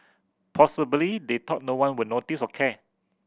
possibly they thought no one would notice or care